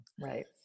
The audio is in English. Right